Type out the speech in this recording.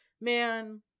man